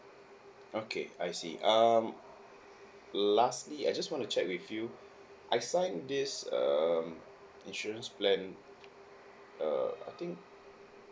okay I see um lastly I just want to check with you I signed this um insurance plan uh I think